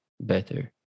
better